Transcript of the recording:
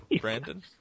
Brandon